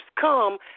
come